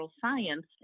Science